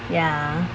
ya